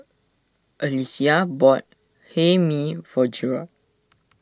Alysia bought Hae Mee for Jerod